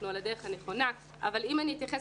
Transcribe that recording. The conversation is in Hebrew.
אנחנו על הדרך הנכונה אבל אם אני אתייחס